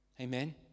Amen